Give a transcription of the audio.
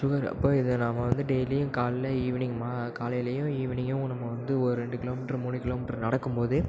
sugar அப்போ இதை நம்ம வந்து டெய்லியும் காலைல ஈவ்னிங் மா காலைலேயும் ஈவினிங்கும் நம்ம வந்து ஒரு ரெண்டு கிலோ மீட்ரு மூணு கிலோ மீட்ரு நடக்கும் போது